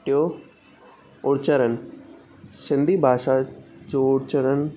टियो उच्चरन सिंधी भाषा जो उच्चरन